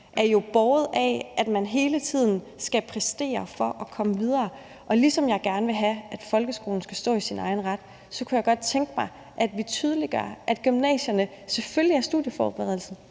er jo båret af, at man hele tiden skal præstere for at komme videre. Ligesom jeg gerne vil have, at folkeskolen skal stå i sin egen ret, kunne jeg godt tænke mig, at vi tydeliggør, at gymnasierne selvfølgelig er studieforberedende,